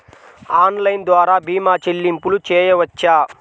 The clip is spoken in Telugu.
ఆన్లైన్ ద్వార భీమా చెల్లింపులు చేయవచ్చా?